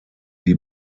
die